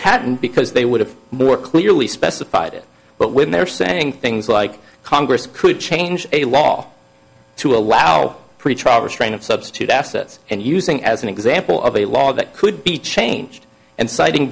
hadn't because they would have more clearly specified it but when they're saying things like congress could change a law to allow pretty troubling strain of substitute assets and using as an example of a law that could be changed and citing